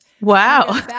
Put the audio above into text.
wow